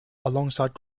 alongside